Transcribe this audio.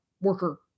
worker